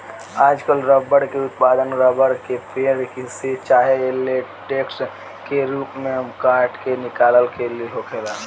आजकल रबर के उत्पादन रबर के पेड़, से चाहे लेटेक्स के रूप में काट के निकाल के होखेला